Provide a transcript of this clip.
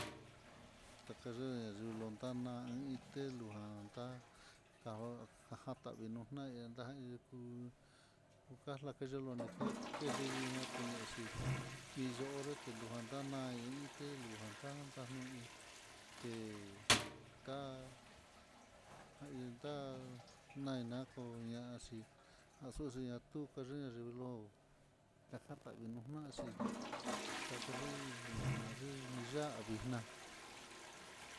Takayehn luku tanain, telantá ka jatavii nonai endan kuu, kuka nikuyelo nika kelivii natenaxhi, hiyo'o onrete ti lujan ta na i ité lujan tatano hí té ta janionta nainako ña'a, xhi axuxi natuka len nayuló ñajavii nonaxhi takaxhi nayee, ni ya'á vixná.